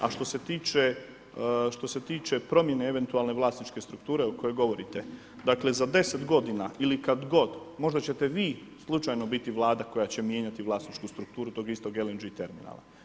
A što se tiče promjene eventualne vlasničke strukture o kojoj govorite, dakle za 10 godina ili kad god, možda ćete vi slučajno biti Vlada koja će mijenjati vlasničku strukturu tog istog LNG terminala.